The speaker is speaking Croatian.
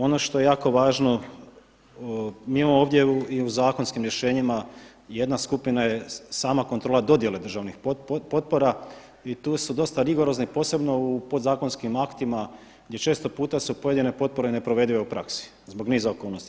Ono što je jako važno mi imamo ovdje i u zakonskim rješenjima, jedna skupina je sama kontrola dodjele državnih potpora i tu su dosta rigorozni posebno u podzakonskim aktima, gdje često puta su pojedine potpore neprovedive u praksi zbog niza okolnosti.